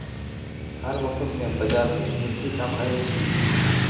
हर मौसम में बाजार में एक ही दाम रहे है की?